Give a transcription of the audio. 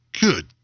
Good